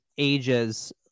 Ages